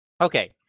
okay